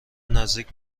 نزدیک